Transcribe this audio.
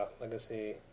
Legacy